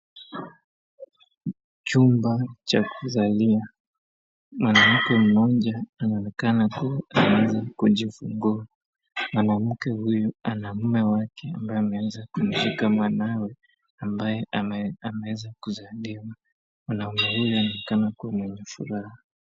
Chumba cha kuzalia, mwanamke mmoja anaonekana kujifungua ana mume wake ambaye ameweza kushika mwanawe ambaye ameweza kuzaliwa anaonekana kuwa mwenye furaha.